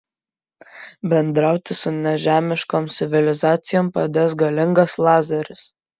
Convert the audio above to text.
bendrauti su nežemiškom civilizacijom padės galingas lazeris